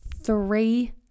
three